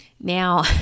Now